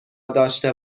داشته